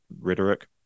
rhetoric